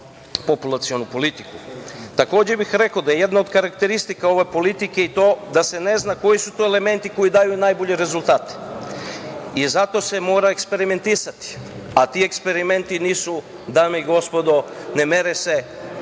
populacionu politiku. Takođe bih rekao da je jedna od karakteristika ove politike i to da se ne zna koji su to elementi koji daju najbolje rezultate i zato se mora eksperimentisati, a ti eksperimenti nisu, dame i gospodo, ne mere se